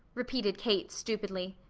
repeated kate stupidly.